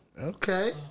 Okay